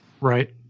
right